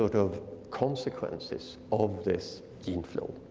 sort of consequences of this gene flow.